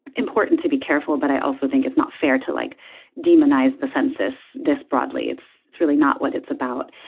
important to be careful but i also think it's not fair to like demonize demonize the census this broadly it's it's really not what it's about.